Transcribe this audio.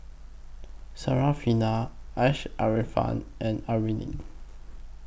Syarafina Asharaff and Amrin